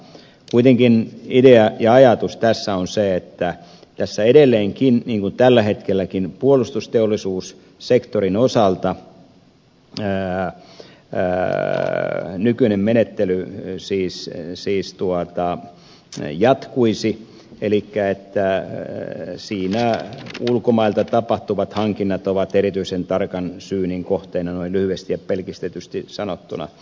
kuitenkin idea ja ajatus tässä on se että tässä edelleenkin niin kuin tällä hetkelläkin puolustusteollisuussektorin osalta nykyinen menettely siis jatkuisi elikkä että siinä ulkomailta tapahtuvat hankinnat ovat erityisen tarkan syynin kohteena noin lyhyesti ja pelkistetysti sanottuna